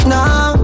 Now